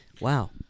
Wow